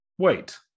wait